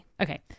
okay